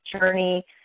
journey